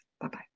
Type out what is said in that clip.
Bye-bye